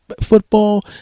football